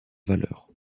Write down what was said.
valeur